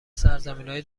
سرزمینای